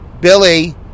Billy